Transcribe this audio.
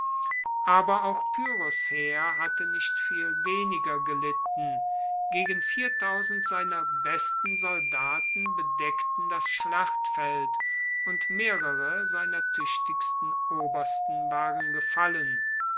aber auch pyrrhos heer hatte nicht viel weniger gelitten gegen seiner besten soldaten bedeckten das schlachtfeld und mehrere seiner tuechtigsten obersten waren gefallen